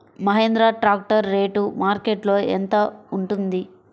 Mahindra tractor rate మార్కెట్లో యెంత ఉంటుంది?